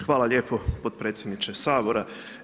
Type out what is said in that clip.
Hvala lijepo potpredsjedniče Sabora.